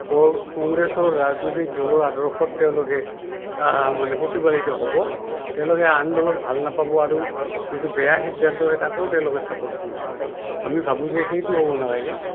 কংগ্ৰেছৰ ৰাজনৈতিক দলৰ আদৰ্শত তেওঁলোকে মানে প্ৰতিপালিত হ'ব তেওঁলোকে আন দলক ভাল নাপাব আৰু যিটো বেয়া সিদ্ধান্ত হয়ে তাকো তেওঁলোকে ছাপৰ্ট কৰিব পাৰে আমি ভাবোঁ যে সেইটো হ'ব নালাগে